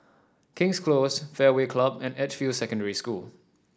King's Close Fairway Club and Edgefield Secondary School